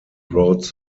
wrote